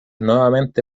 nuevamente